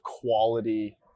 quality